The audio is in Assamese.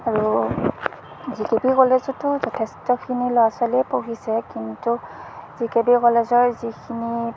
আৰু জি কে বি কলেজতো যথেষ্টখিনি ল'ৰা ছোৱালীয়ে পঢ়িছে কিন্তু জি কে বি কলেজৰ যিখিনি